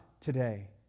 today